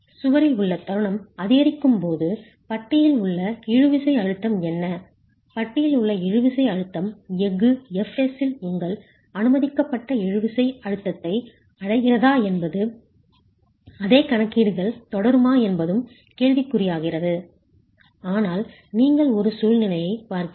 சுவரில் உள்ள தருணம் அதிகரிக்கும் போது பட்டியில் உள்ள இழுவிசை அழுத்தம் என்ன பட்டியில் உள்ள இழுவிசை அழுத்தம் எஃகு Fs இல் உங்கள் அனுமதிக்கப்பட்ட இழுவிசை அழுத்தத்தை அடைகிறதா என்பதும் அதே கணக்கீடுகள் தொடருமா என்பதும் கேள்விக்குறியாகிறது ஆனால் நீங்கள் ஒரு சூழ்நிலையைப் பார்க்கிறீர்கள்